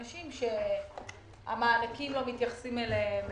אנשים שהמענקים לא מתייחסים אליהם